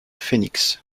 phoenix